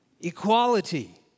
Equality